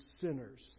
sinners